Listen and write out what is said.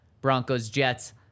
Broncos-Jets